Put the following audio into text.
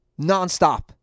nonstop